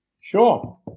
Sure